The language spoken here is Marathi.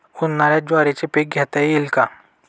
उन्हाळ्यात ज्वारीचे पीक घेता येईल का?